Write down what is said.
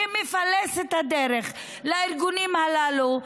שמפלס את הדרך לארגונים הללו,